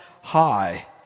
high